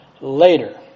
later